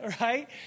Right